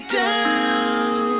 down